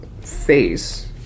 face